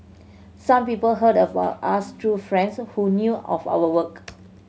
some people heard about us through friends who knew of our work